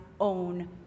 own